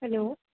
hello